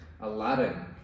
Aladdin